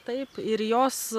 taip ir jos